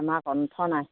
আমাৰ কণ্ঠ নাই